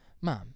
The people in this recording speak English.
Mom